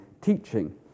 teaching